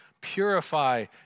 Purify